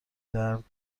درد